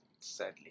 sadly